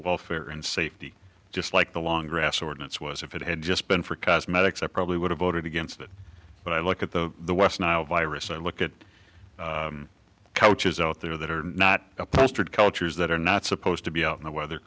welfare and safety just like the long grass ordinance was if it had just been for cosmetics i probably would have voted against it but i look at the west nile virus and look at couches out there that are not plastered cultures that are not supposed to be out in the weather